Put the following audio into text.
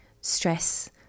stress